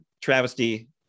travesty